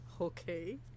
okay